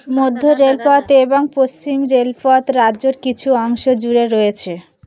মধ্য রেলপথ এবং পশ্চিম রেলপথ রাজ্যর কিছু অংশ জুড়ে রয়েছে